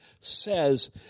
says